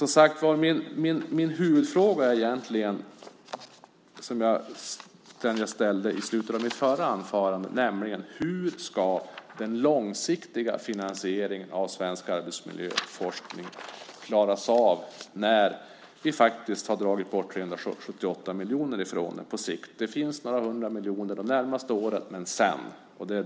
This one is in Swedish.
Min huvudfråga, den jag ställde i slutet av mitt förra anförande, är hur den långsiktiga finansieringen av svensk arbetsmiljöforskning ska genomföras på sikt när vi faktiskt har dragit bort 378 miljoner. Det finns några hundra miljoner de närmaste åren - men sedan?